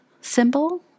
symbol